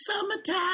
Summertime